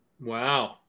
Wow